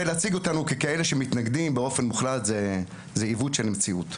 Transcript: להציג אותנו כאלה שמתנגדים באופן מוחלט זה עיוות של המציאות.